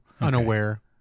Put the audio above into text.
Unaware